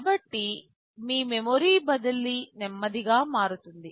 కాబట్టి మీ మెమరీ బదిలీ నెమ్మదిగా మారుతుంది